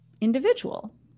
individual